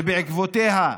ובעקבותיה,